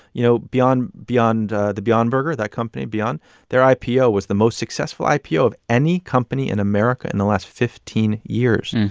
you know, beyond, the beyond burger, that company beyond their ipo was the most successful ipo of any company in america in the last fifteen years.